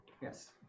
Yes